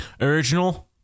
Original